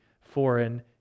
foreign